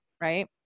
right